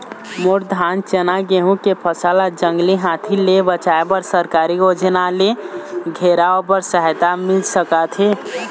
मोर धान चना गेहूं के फसल ला जंगली हाथी ले बचाए बर सरकारी योजना ले घेराओ बर सहायता मिल सका थे?